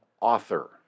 author